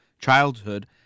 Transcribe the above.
childhood